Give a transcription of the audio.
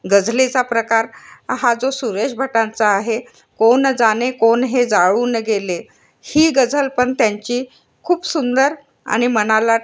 गझलेचा प्रकार हा जो सुरेश भटांचा आहे कोण जाणे कोण हे जाळून गेले ही गझल पण त्यांची खूप सुंदर आणि मनाला